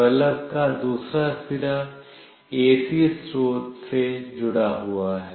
bulb का दूसरा सिरा AC स्रोत से जुड़ा हुआ है